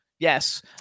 Yes